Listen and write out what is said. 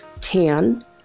tan